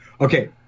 Okay